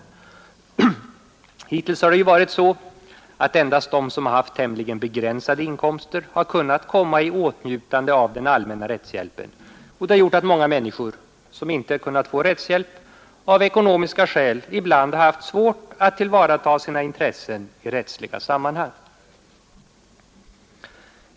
Hittills har det ju varit så att endast de som haft tämligen begränsade inkomster har kunnat komma i åtnjutande av den allmänna rättshjälpen, vilket har gjort att många människor, som inte kunnat få rättshjälp, av ekonomiska skäl ibland har haft svårt att tillvarata sina intressen i rättsliga sammanhang.